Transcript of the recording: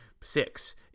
six